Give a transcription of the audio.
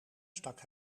stak